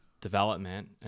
development